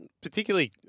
Particularly